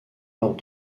lors